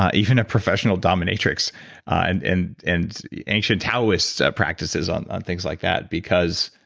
ah even a professional dominatrix and and and ancient taoist practices on on things like that because